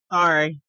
Sorry